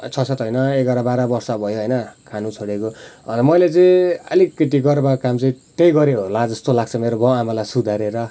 छ सात होइन एघार बाह्र बर्ष भयो होइन खानु छोडेको अन्त मैले चाहिँ अलिकति गर्वको काम चाहिँ त्यही गरेँ होला जस्तो लाग्छ मेरो बाउ आमालाई सुधारेर होइन